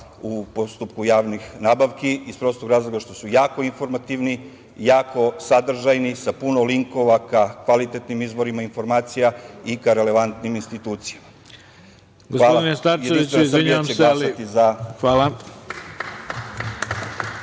u postupku javnih nabavki, iz prostog razloga što su jako informativni, jako sadržajni, sa puno linkova, kvalitetnim izborom informacija i ka relevantnim institucijama. Jedinstvena